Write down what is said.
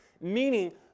meaning